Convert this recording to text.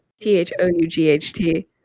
T-H-O-U-G-H-T